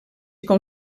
com